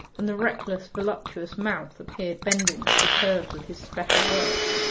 and the reckless voluptuous mouth appeared bending to the curves of his special words.